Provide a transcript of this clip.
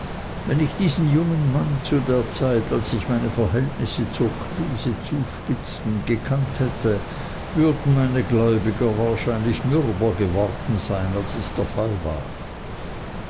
wenn ich diesen jungen mann zu der zeit als sich meine verhältnisse zur krise zuspitzten gekannt hätte würden meine gläubiger wahrscheinlich mürber geworden sein als es der fall war